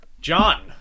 John